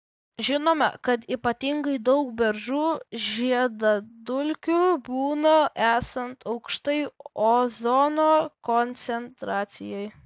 žinoma kad ypatingai daug beržų žiedadulkių būna esant aukštai ozono koncentracijai